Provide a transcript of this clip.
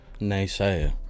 naysayer